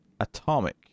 atomic